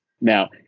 Now